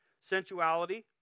sensuality